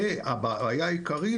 הבעיה העיקרית,